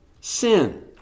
sin